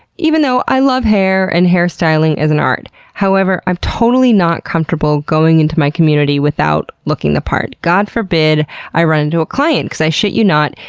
even though i love hair and hairstyling as an art however, i'm totally not comfortable going into my community without looking the part. god forbid i run into a client because, i shit you not,